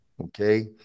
Okay